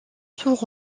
tour